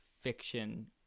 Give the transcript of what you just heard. fiction